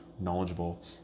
knowledgeable